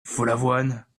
follavoine